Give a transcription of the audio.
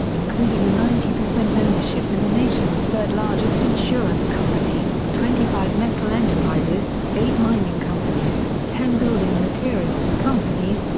including a ninety percent ownership in the nation's third-largest insurance company, twenty five metal enterprises, eight mining companies, ten building materials companies,